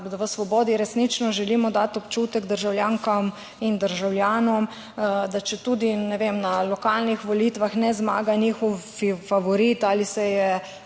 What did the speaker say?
da v Svobodi resnično želimo dati občutek državljankam in državljanom, da četudi, ne vem, na lokalnih volitvah ne zmaga njihov favorit ali se je